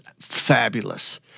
fabulous